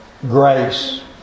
grace